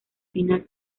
final